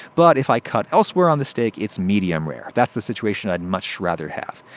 but if i cut elsewhere on the steak, it's medium rare. that's the situation i'd much rather have.